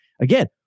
Again